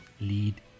lead